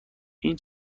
این